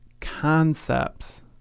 concepts